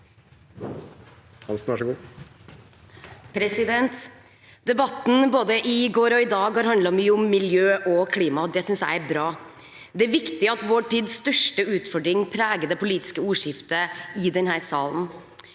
Debatten i går og i dag har handlet mye om miljø og klima. Det synes jeg er bra. Det er viktig at vår tids største utfordring preger det politiske ordskiftet i denne salen.